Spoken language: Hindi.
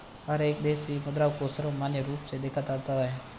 हर एक देश में मुद्रा को सर्वमान्य रूप से देखा जाता है